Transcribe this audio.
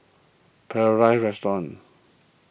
Paradise Restaurant